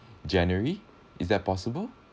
january is that possible